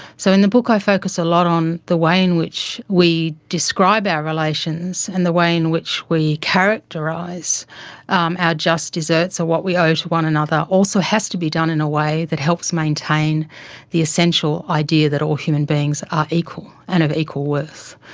so in the book, i focus a lot on the way in which we describe our relations and the way in which we characterize um our just desserts, or what we owe to one another. also has to be done in a way that helps maintain the essential idea that all human beings are equal and of equal worth.